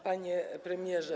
Panie Premierze!